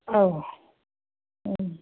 औ